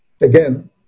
again